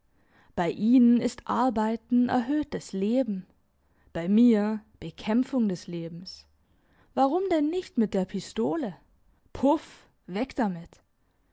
bei ihnen ist arbeiten erhöhtes leben bei mir bekämpfung des lebens warum denn nicht mit der pistole puff weg damit